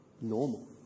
normal